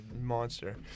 monster